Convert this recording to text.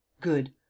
good